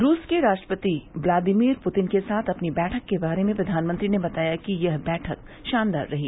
रूस के राष्ट्रपति ब्लादिमीर पुतिन के साथ अपनी बैठक के बारे में प्रधानमंत्री ने बताया कि यह बैठक शानदार रही